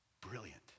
brilliant